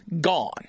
gone